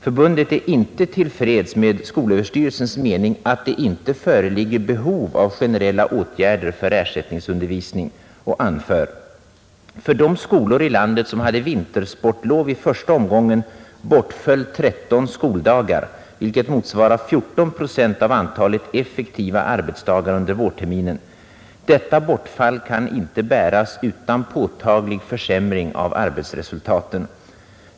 Förbundet är inte till freds med skolöverstyrelsens mening att det inte föreligger behov av generella åtgärder för ersättningsundervisning och anför: ”För de skolor i landet som hade vintersportlov i första omgången bortföll dock 13 skoldagar, vilket motsvarar 14 procent av antalet effektiva arbetsdagar under vårterminen. Detta bortfall kan inte bäras utan påtaglig försämring av arbetsresultaten.